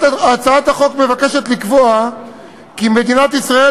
הצעת החוק מבקשת לקבוע כי מדינת ישראל